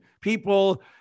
people